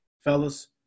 Fellas